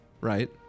right